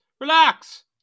Relax